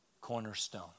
cornerstone